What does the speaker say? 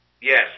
Yes